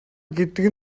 гэдэг